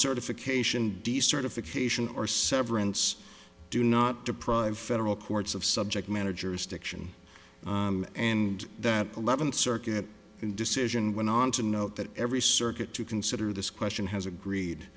certification decertification or severance do not deprive federal courts of subject manager stiction and that eleventh circuit decision went on to note that every circuit to consider this question has agreed